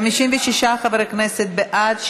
56 חברי כנסת בעד.